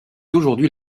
aujourd’hui